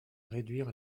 réduire